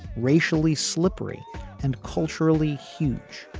racially slippery and culturally huge,